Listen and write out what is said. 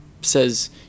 says